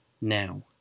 now